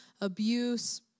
abuse